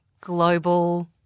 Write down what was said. global